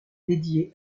dédiée